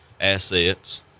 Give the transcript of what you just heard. assets